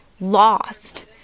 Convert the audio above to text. lost